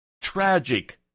tragic